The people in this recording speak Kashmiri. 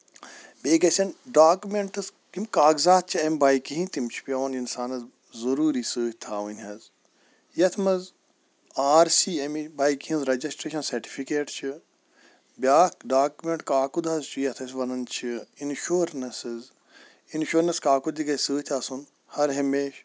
بیٚیہِ گژھن ڈاکمینٹٕس یِم کاغزات چھِ اَمہِ بایکہِ ہِندۍ تِم چھِ پیوان اِنسانس ضروٗری سۭتۍ تھاوٕنۍ حظ یَتھ منٛز آر سی اَمِچ بایکہِ ہِنز ریجسٹریشن سیٹِفِکیٹ چھ بیاکھ ڈاکمینٹ کاکُد حظ چھُ یَتھ أسۍ وَنان چھِ اِشورنَسٕز انشورنس کاکُد تہِ گژھِ سۭتۍ آسُن ہر ہمیشہٕ